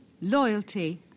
loyalty